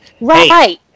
right